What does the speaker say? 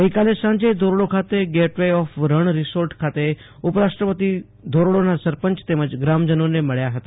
ગઈકાલે સાંજે ધોરડો ખાતે gateway of Rann resort ખાતે ઉપરાષ્ટ્રપતિ ધોરડોના સરપંચ તેમજ ગ્રામજનોાને મળ્યા હતા